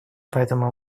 поэтому